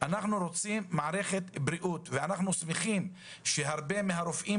אנחנו רוצים מערכת בריאות ואנחנו שמחים שהרבה מהרופאים